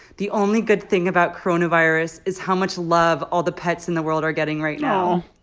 the only good thing about coronavirus is how much love all the pets in the world are getting right now